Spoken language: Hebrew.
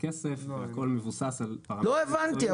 הכסף והכול מבוסס על --- לא הבנתי.